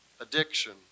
addiction